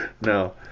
no